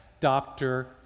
doctor